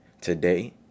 today